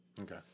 Okay